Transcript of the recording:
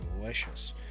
delicious